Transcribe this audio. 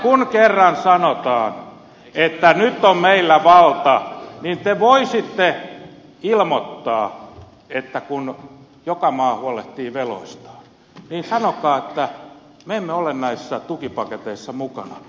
kun kerran sanotaan että nyt on meillä valta niin te voisitte ilmoittaa että kun joka maa huolehtii veloistaan niin me emme ole näissä tukipaketeissa mukana